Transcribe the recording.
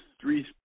three